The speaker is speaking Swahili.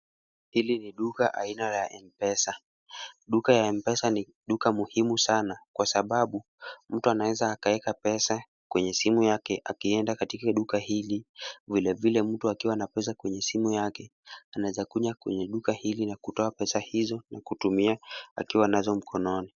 Hili ni duka aina ya Mpesa. Duka ya Mpesa ni duka muhimu sana kwa sababu mtu anaweza akaweka pesa kwenye simu yake akienda katika duka hili. Vilevile mtu akiwa na pesa kwenye simu yake anaweza kuja kwenye duka hili na kutoa pesa hizo na kutumia akiwa nazo mkononi.